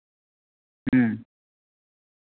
ᱦᱮᱸ